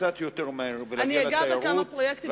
מהר יותר להגיע לתיירות,